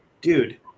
dude